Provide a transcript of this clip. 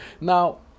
now